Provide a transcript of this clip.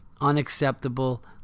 Unacceptable